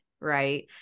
Right